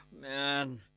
Man